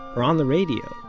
or on the radio,